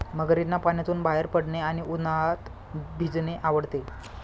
मगरींना पाण्यातून बाहेर पडणे आणि उन्हात भिजणे आवडते